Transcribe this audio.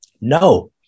No